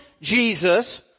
Jesus